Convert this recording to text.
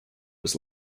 was